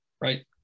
right